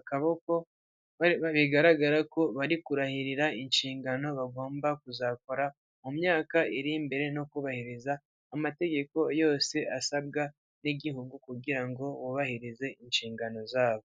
akaboko, bigaragara ko bari kurahirira inshingano bagomba kuzakora mu myaka iri imbere no kubahiriza amategeko yose asabwa n'igihugu kugira ngo bubahirize inshingano zabo.